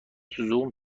زوم